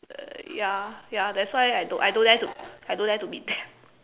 ya ya that's why I don't I don't dare to I don't dare to meet them